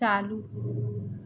चालू